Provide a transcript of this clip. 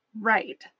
Right